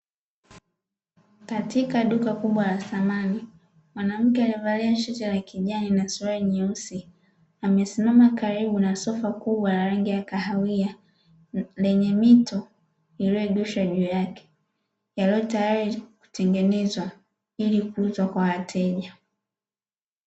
Katika duka kubwa la samani mwanamke aliyevalia shati la kijani na suruali nyeusi, amesimama karibu na sofa kubwa la rangi ya kahawia lenye mito iliyoegeshwa juu yake, yaliyo tayari kutengeneza ili kuuzwa kwa wateja.